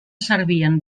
servien